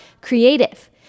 creative